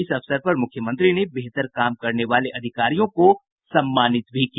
इस अवसर पर मुख्यमंत्री ने बेहतर काम करने वाले अधिकारियों को सम्मानित भी किया